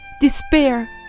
despair